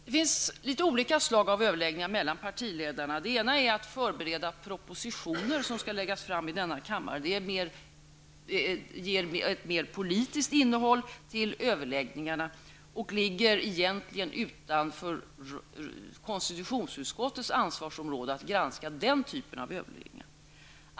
Det finns litet olika slag av överläggningar mellan partiledarna. Det gäller t.ex. att förbereda propositioner som skall läggas fram i denna kammare. Det ger ett mer politiskt innehåll åt överläggningarna. Egentligen ligger det utanför konstitutionsutskottets ansvarsområde att granska den typen av överläggningar.